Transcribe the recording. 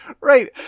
Right